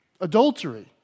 Adultery